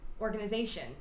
organization